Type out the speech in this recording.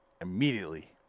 immediately